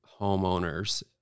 homeowners